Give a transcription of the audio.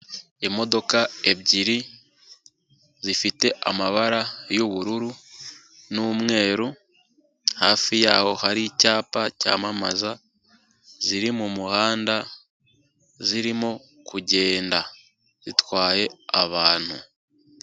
Imodoka ebyiri zifite amabara y'ubururu, n'umweru, hafi yaho hari icyapa cyamamaza, ziri mu muhanda, zirimo kugenda. Zitwaye abantu.